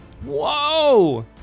Whoa